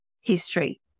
history